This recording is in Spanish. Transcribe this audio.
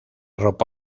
ropa